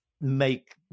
make